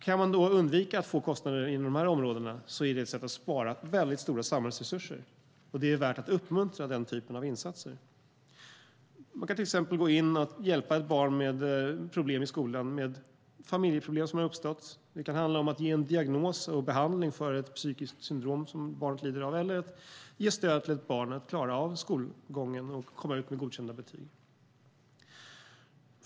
Kan man undvika att få kostnader inom dessa områden är det ett sätt att spara mycket stora samhällsresurser. Det är värt att uppmuntra denna typ av insatser. Man kan till exempel gå in och hjälpa ett barn med problem i skolan och med familjeproblem som har uppstått. Det kan handla om att ge en diagnos och en behandling för ett psykiskt syndrom som barnet lider av eller att ge stöd till ett barn att klara av skolgången och komma ut med godkända betyg.